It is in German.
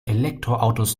elektroautos